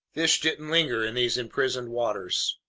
fish didn't linger in these imprisoned waters.